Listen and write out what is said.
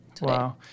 Wow